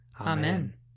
Amen